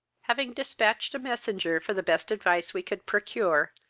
having dispatched a messenger for the best advice we could procure,